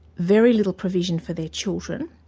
very little provision for their children,